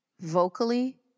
vocally